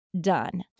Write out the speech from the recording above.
done